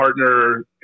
partner